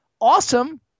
awesome